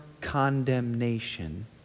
condemnation